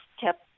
kept